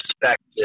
perspective